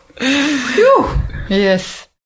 Yes